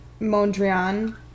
Mondrian